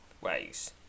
ways